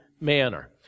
manner